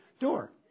door